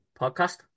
Podcast